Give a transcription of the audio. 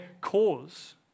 cause